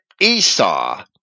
Esau